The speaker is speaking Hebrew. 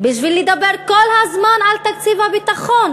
בשביל לדבר כל הזמן על תקציב הביטחון.